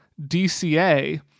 DCA